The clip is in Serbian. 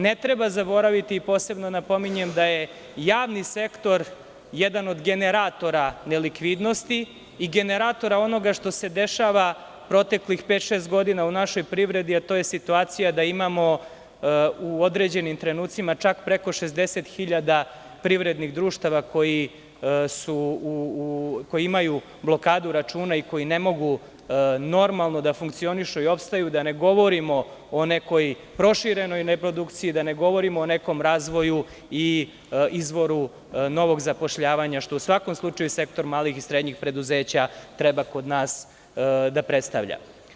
Ne treba zaboraviti, posebno napominjem da je javni sektor jedan od generatora nelikvidnosti i generatora onoga što se dešava proteklih pet, šest godina u našoj privredi, a to je situacija kada imamo u određenim trenucima preko 60 hiljada privrednih društava koji imaju blokadu računa i koji ne mogu normalno da funkcionišu i opstanu, da ne govorimo o nekoj proširenoj reprodukciji, da ne govorimo o nekom razvoju i izvoru novog zapošljavanja, što u svakom slučaju sektor malih i srednjih preduzeća treba kod nas da predstavlja.